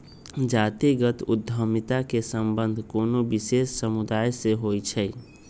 जातिगत उद्यमिता के संबंध कोनो विशेष समुदाय से होइ छै